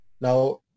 now